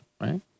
right